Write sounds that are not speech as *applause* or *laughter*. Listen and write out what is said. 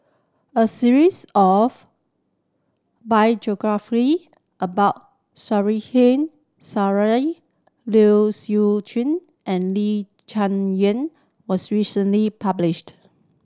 a series of *unintelligible* geography about *unintelligible* Liu Siu Chiu and Lee Cheng Yan was recently published